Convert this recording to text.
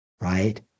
right